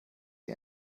wie